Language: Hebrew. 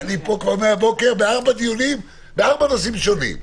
אני כאן מהבוקר בארבעה דיונים בארבעה נושאים שונים.